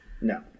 No